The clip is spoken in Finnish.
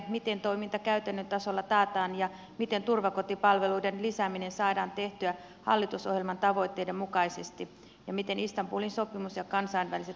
miten toiminta käytännön tasolla taataan miten turvakotipalveluiden lisääminen saadaan tehtyä hallitusohjelman tavoitteiden mukaisesti ja miten istanbulin sopimus ja kansainväliset